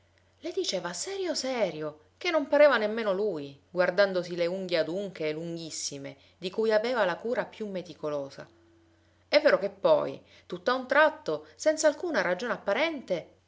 le diceva serio serio che non pareva nemmeno lui guardandosi le unghie adunche lunghissime di cui aveva la cura più meticolosa è vero che poi tutt'a un tratto senz'alcuna ragione apparente